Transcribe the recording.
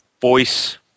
voice